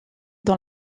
dans